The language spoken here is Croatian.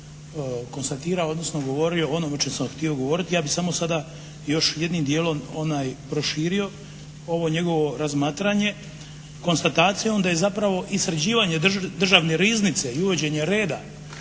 da je zapravo i sređivanje Državne riznice i uvođenje reda